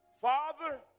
Father